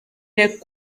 des